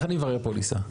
איך אני מברר וליסה?